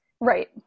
Right